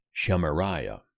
Shemariah